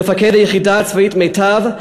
מפקד היחידה הצבאית מיטב,